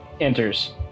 Enters